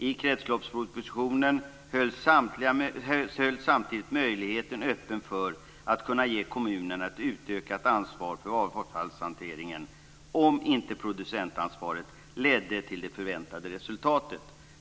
I kretsloppspropositionen hölls samtidigt möjligheten öppen för att ge kommunerna ett utökat ansvar för avfallshanteringen, om inte producentansvaret ledde till det förväntade resultatet.